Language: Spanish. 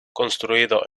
construido